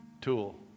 tool